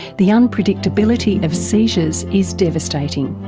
the unpredictability of seizures is devastating,